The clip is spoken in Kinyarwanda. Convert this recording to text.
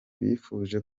bifuje